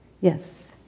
Yes